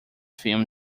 film